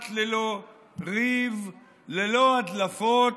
כמעט ללא ריב, ללא הדלפות.